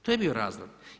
To je bio razlog.